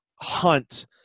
Hunt